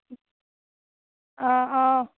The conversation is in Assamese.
অঁ অঁ